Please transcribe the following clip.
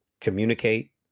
communicate